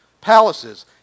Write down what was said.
palaces